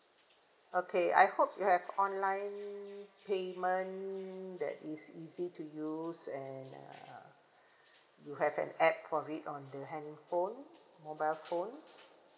okay I hope you have online payment that is easy to use and uh you have an app for it on the handphone mobile phone